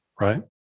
right